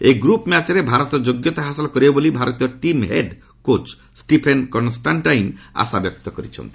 ଏହି ଗ୍ରପ୍ ମ୍ୟାଚ୍ରେ ଭାରତ ଯୋଗ୍ୟତା ହାସଲ କରିବ ବୋଲି ଭାରତୀୟ team head coach Stephen Constantine ଆଶା ବ୍ୟକ୍ତ କରିଛନ୍ତି